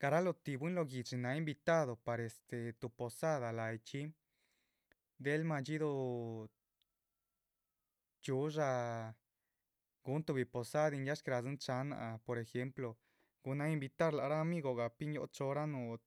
garalotih bwín loh guihdxi náh invitado par este tuh posada lahyichxí del madxíduhu chxiudsha gúhun tuhbi posadin ya shcádzin cháhan náh por ejemplo. guhunan invitar lac rah amigo rahpin yóho chóhoranuh